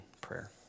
prayer